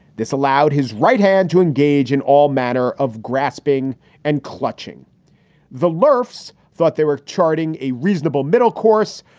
this allowed his right hand to engage in all manner of grasping and clutching the laughs, thought they were charting a reasonable middle course.